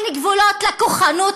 אין גבולות לכוחנות,